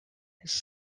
his